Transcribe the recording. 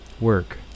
work